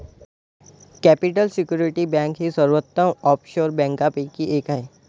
capital security bank ही सर्वोत्तम offshore बँकांपैकी एक आहे